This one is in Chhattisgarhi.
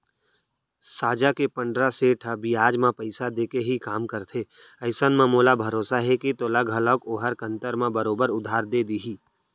साजा के पंडरा सेठ ह बियाज म पइसा देके ही काम करथे अइसन म मोला भरोसा हे के तोला घलौक ओहर कन्तर म बरोबर उधार दे देही